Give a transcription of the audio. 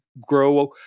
grow